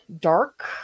dark